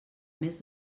més